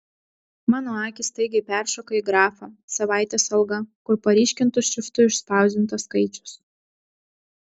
mano akys staigiai peršoka į grafą savaitės alga kur paryškintu šriftu išspausdintas skaičius